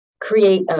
create